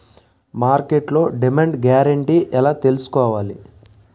మార్కెట్లో demand guarantee ఎలా తెల్సుకోవాలి?